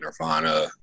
nirvana